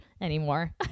anymore